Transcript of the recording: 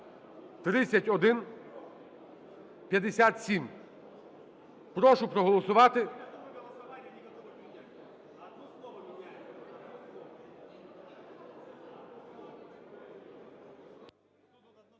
3157. Прошу проголосувати.